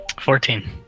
Fourteen